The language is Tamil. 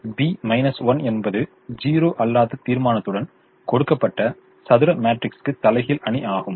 இப்போது B 1 என்பது 0 அல்லாத தீர்மானத்துடன் கொடுக்கப்பட்ட சதுர மேட்ரிக்ஸுக்கு தலைகீழ் அணி ஆகும்